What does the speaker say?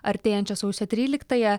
artėjančią sausio tryliktąją